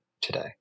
today